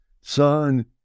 son